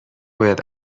باید